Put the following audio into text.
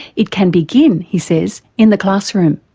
it can begin, he says, in the classroom.